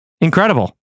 Incredible